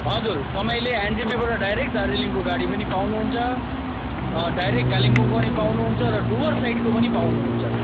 हजुर तपाईँले एनजेपीबाट डाइरेक्ट दार्जिलिङको गाडी पनि पाउनु हुन्छ डाइरेक्ट कालिम्पोङको पनि पाउनु हुन्छ र डुवर्स साइडको पनि पाउनु हुन्छ